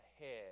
ahead